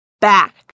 back